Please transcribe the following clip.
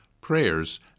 prayers